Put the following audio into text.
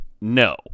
no